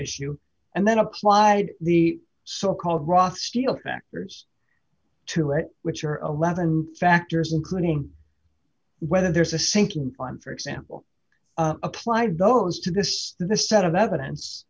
issue and then applied the so called rock steel factors to it which are eleven factors including whether there's a sinking fund for example applied those to this the set of evidence